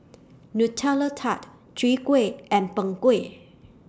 Nutella Tart Chwee Kueh and Png Kueh